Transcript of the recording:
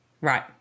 right